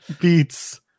beats